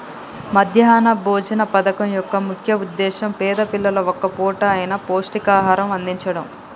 మధ్యాహ్న భోజన పథకం యొక్క ముఖ్య ఉద్దేశ్యం పేద పిల్లలకు ఒక్క పూట అయిన పౌష్టికాహారం అందిచడం